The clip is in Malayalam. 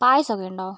പായസം ഒക്കെ ഉണ്ടോ